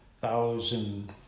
thousand